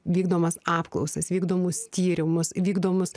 vykdomas apklausas vykdomus tyrimus vykdomus